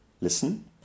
listen